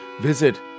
visit